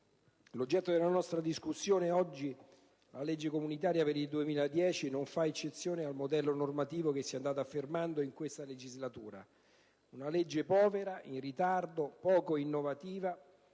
l'oggetto della nostra discussione oggi, la legge comunitaria 2010, non fa eccezione al modello normativo che si è andato affermando in questa legislatura: una legge povera, in ritardo, poco innovativa